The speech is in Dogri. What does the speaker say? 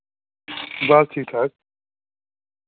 बस ठीक ठाक